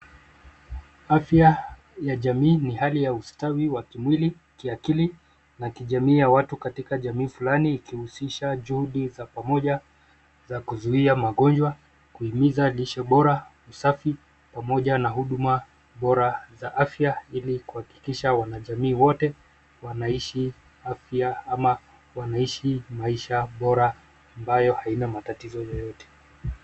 Afya ya jamii ni hali ya ustawi wa kimwili, kiakili, na kijamii ya watu katika jamii fulani ikihusisha juhudi za pamoja za kuzuia magonjwa, kuhimiza lishe bora, usafi, pamoja na huduma bora za afya ili kuhakikisha wana jamii wote wanaishi afya ama wanaishi maisha bora ambayo haina matatizo yoyote.